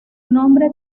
nombre